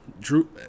Drew